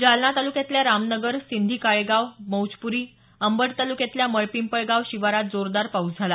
जालना तालुक्यातल्या रामनगर सिंधीकाळेगाव मौजपुरी अंबड तालुक्यातल्या मळपिंपळगाव शिवारात जोरदार पाऊस झाला